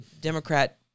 Democrat